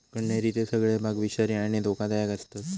कण्हेरीचे सगळे भाग विषारी आणि धोकादायक आसतत